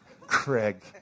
Craig